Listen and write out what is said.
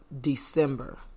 December